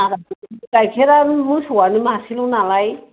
आधा केजि बे गाइखेर मोसौआनो मासेल' नालाय